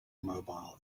immobile